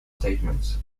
statements